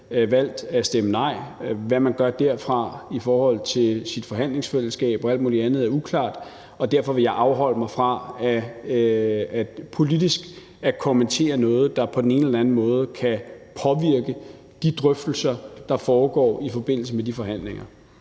valgte at stemme nej. Hvad man gør derfra i forhold til sit forhandlingsfællesskab og alt mulig andet er uklart, og derfor vil jeg afholde mig fra politisk at kommentere noget, der på den ene eller anden måde kan påvirke de drøftelser, der foregår i forbindelse med de forhandlinger.